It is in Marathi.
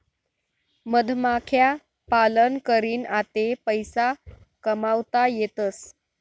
मधमाख्या पालन करीन आते पैसा कमावता येतसं